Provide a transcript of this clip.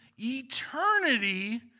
eternity